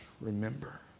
remember